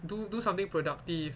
do do something productive